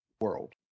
world